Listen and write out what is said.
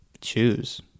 choose